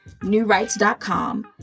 newrights.com